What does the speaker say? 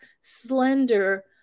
slender